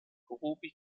ruby